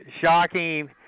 shocking